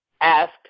asked